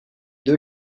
deux